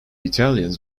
italians